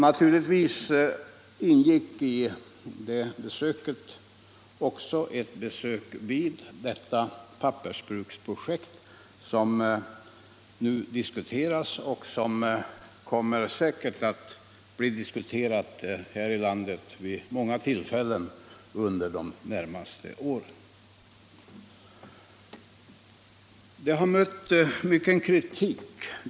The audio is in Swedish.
Naturligtvis ingick då också ett besök vid det pappersbruksprojekt som nu diskuteras och som säkerligen vid många tillfällen under de närmaste åren kommer att diskuteras här i landet.